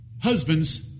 husbands